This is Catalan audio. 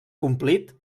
complit